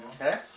Okay